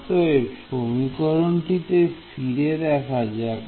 অতএব সমীকরণটিতে ফিরে দেখা যাক